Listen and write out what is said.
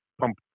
pump